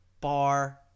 bar